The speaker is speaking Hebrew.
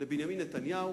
לבנימין נתניהו,